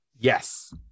Yes